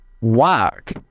walk